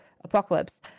apocalypse